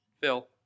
Phil